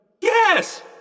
Yes